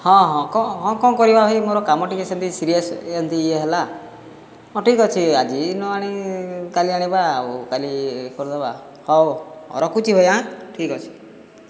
ହଁ ହଁ କ'ଣ ହଁ କ'ଣ କରିବା ଭାଇ ମୋର କାମ ଟିକିଏ ସେମିତି ସିରିୟସ୍ ଏମିତି ଇଏ ହେଲା ହଁ ଠିକ୍ ଅଛି ଆଜି ନଆଣି କାଲି ଆଣିବା ଆଉ କାଲି କରିଦେବା ହେଉ ରଖୁଛି ଭାଇ ଆଁ ଠିକ୍ ଅଛି